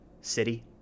city